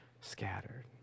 scattered